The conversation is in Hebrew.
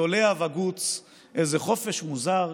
צולע וגוץ / איזה חופש מוזר,